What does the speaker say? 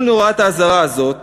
מול נורת האזהרה הזאת,